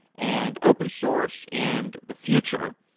and open-source, and the future.